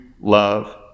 love